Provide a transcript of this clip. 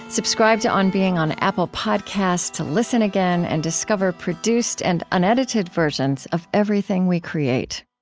subscribe to on being on apple podcasts to listen again and discover produced and unedited versions of everything we create